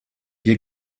hier